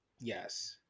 Yes